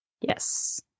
Yes